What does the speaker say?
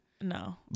No